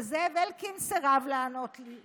וזאב אלקין סירב לענות לי.